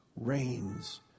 reigns